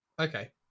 Okay